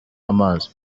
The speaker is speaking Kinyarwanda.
amazi